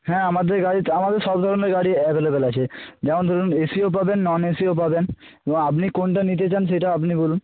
হ্যাঁ আমাদের গাড়ি আমাদের সব ধরনের গাড়ি অ্যাভেলেবেল আছে যেমন ধরুন এ সিও পাবেন নন এ সিও পাবেন আপনি কোনটা নিতে চান সেটা আপনি বলুন